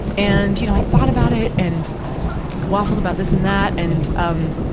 and, you know, i thought about it and waffled about this and that, and, um,